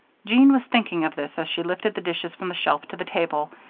jean was thinking of this as she lifted the dishes from the shelf to the table,